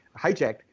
hijacked